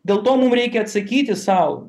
dėl to mum reikia atsakyti sau